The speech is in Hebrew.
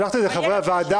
שלחתי את זה לחברי הוועדה.